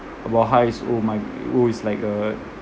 about how it's oh my oh is like a